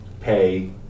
pay